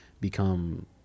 become